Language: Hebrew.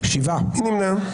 מי נמנע?